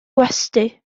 gwesty